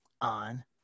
on